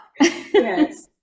Yes